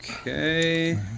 Okay